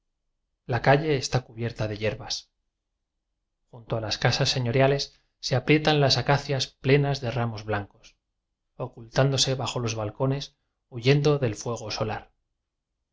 la calle está cubierta de hierbas junto a las casas señoriales se aprietan las acacias plenas de ramos blan cos ocultándose bajo los balcones huyendo del fuego solar